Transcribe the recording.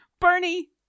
Bernie